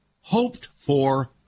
hoped-for